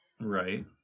Right